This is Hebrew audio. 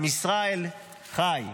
עם ישראל חי.